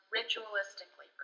ritualistically